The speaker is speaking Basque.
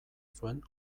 zuen